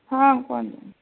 ହଁ କୁହନ୍ତୁୁ